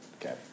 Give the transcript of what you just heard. okay